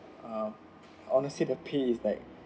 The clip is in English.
uh honestly the pay is like